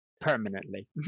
Permanently